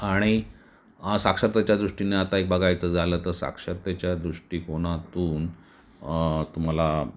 आणि साक्षरतेच्या दृष्टीने आता एक बघायचं झालं तर साक्षरतेच्या दृष्टीकोनातून तुम्हाला